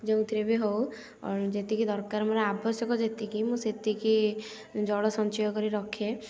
ଯେଉଁଥିରେ ବି ହେଉ ଯେତିକି ଦରକାର ମୋର ଆବଶ୍ୟକ ଯେତିକି ମୁଁ ସେତିକି ଜଳ ସଞ୍ଚୟ କରି ରଖେ